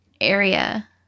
area